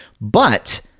But-